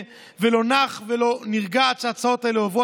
ולא נח ולא נרגע עד שההצעות האלה עוברות.